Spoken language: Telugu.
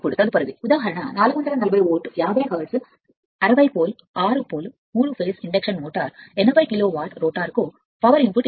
ఇప్పుడు తదుపరి ఉదాహరణ 440 volt 50 hertz 60 pole 6 pole 3 phase induction మోటోరిస్ 80 కిలో వాట్ యొక్క రోటర్కు పవర్ఇన్పుట్